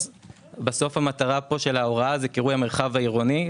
בסוף המטר של ההוראה זה קירוי המרחב העירוני,